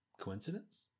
Coincidence